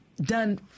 done